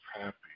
happy